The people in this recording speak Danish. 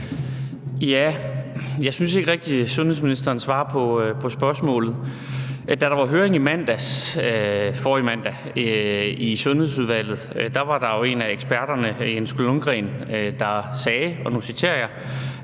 Jeg synes ikke rigtig, at sundhedsministeren svarer på spørgsmålet. Da der var høring forrige mandag i Sundhedsudvalget, var der jo en af eksperterne, hr. Jens Lundgren, der sagde – og nu citerer jeg